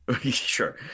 sure